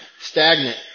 stagnant